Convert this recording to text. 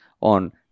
on